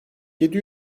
yedi